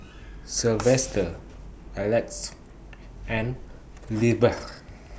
Silvester Alexys and Lizbeth